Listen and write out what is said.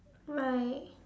right